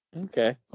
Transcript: Okay